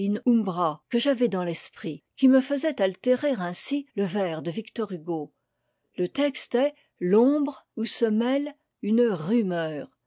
que j'avais dans l'esprit qui me faisait altérer ainsi le vers de victor hugo le texte est l'ombre où se mêle une rumeur